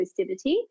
inclusivity